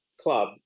club